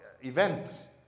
event